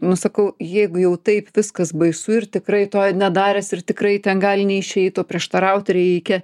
nu sakau jeigu jau taip viskas baisu ir tikrai to nedaręs ir tikrai ten gali neišeit o prieštaraut reikia